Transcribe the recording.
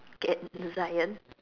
cat lion